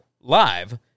live